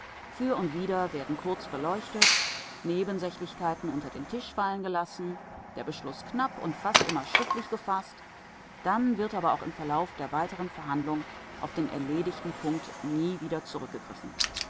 für und wider werden kurz beleuchtet nebensächlichkeiten unter den tisch fallen gelassen der beschluß knapp und fast immer schriftlich gefaßt dann wird aber auch im verlauf der weiteren verhandlungen auf den erledigten punkt nie wieder zurückgegriffen